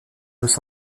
los